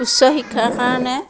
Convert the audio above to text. উচ্চ শিক্ষাৰ কাৰণে